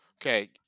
okay